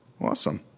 Awesome